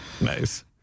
Nice